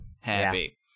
happy